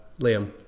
Liam